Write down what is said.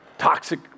Toxic